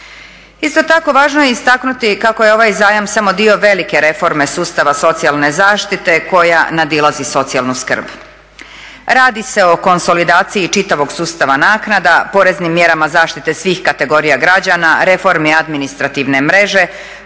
Isto tako važno je istaknuti kako je ovaj zajam samo dio velike reforme sustav socijalne zaštite koja nadilazi socijalnu skrb. Radi se o konsolidaciji čitavog sustava naknada poreznim mjerama zaštite svih kategorija građana, reformi administrativne mreže,